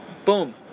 Boom